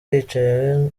yicaye